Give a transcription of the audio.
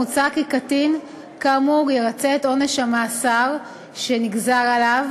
מוצע כי קטין כאמור ירצה את עונש המאסר שנגזר עליו